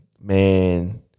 man